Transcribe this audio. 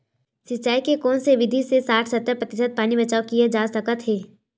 सिंचाई के कोन से विधि से साठ सत्तर प्रतिशत पानी बचाव किया जा सकत हे?